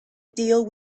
deal